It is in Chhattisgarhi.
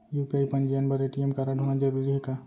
यू.पी.आई पंजीयन बर ए.टी.एम कारडहोना जरूरी हे का?